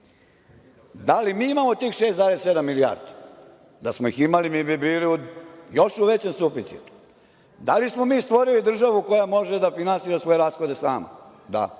Da li mi imamo tih 6,7 milijardi? Da smo ih imali mi bi bili još u većem suficitu. Da li smo mi stvorili državu koja može da finansira svoje rashode sama? Da.